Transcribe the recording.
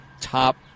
top